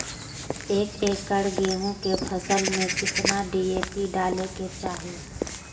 एक एकड़ गेहूं के फसल में कितना डी.ए.पी डाले के चाहि?